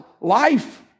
Life